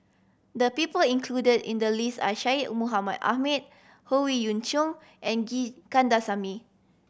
the people included in the list are Syed Mohamed Ahmed Howe Yoon Chong and G Kandasamy